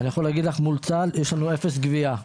אני יכול להגיד לך שמול צה"ל יש לנו אפס גבייה.